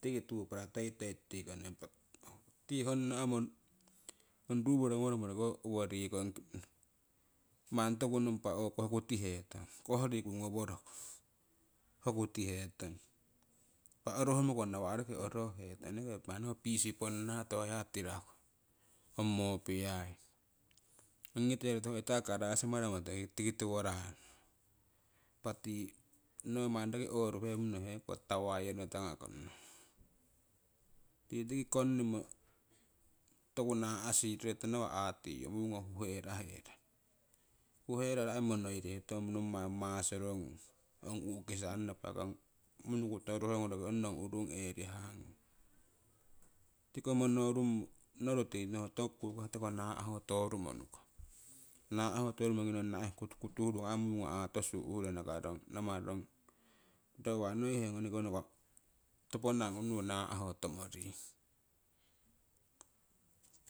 Tiki twopla toitoi tutike impa tii honna' mo ong ruuworo ngoworomo manni toku nompa hokuti hetong koh riku ngoworoku hokutihetong. Impah orohmoko nawa'roki orohetong, enekeko manni ho pisi ponna tuhah hiya tiraku ong mopiyai. Ongite roto oitakite karasi maramo roki tiki tiwo ranno impa tii no mani roki mani oruhwungyono heko tii tawaiyono tangakono tii tiki konnimo toku nasirorohetong nawah aahtiiyu mungo huheraherong huheraro ai monoirihetong ai nommai masoro ngung ong u'kisang nopo munukuto ruhongung ong nong uuring erihahngung. Tiko monorummo noru tii nong toku kukah ngung nahotorumonukong nahotorumo ongi ngong naihe kutukutuhurumo mungonoru aatosu uhhuro namarong ro uwa ngoihe ngonikonoko toponanang unuyu naahotomring.